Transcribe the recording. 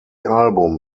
album